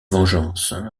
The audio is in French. vengeance